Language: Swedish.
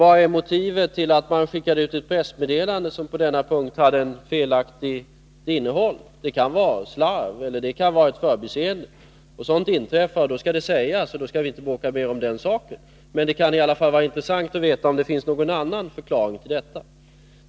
Vad är motivet till att man skickade ut ett pressmeddelande som på denna punkt hade ett felaktigt innehåll? Det kan vara slarv eller förbiseende. Sådant inträffar. men då skall det sägas, och sedan skall vi inte bråka mer om den saken. Det kan i alla fall vara intressant att veta om det finns någon annan förklaring till detta.